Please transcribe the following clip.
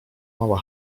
mała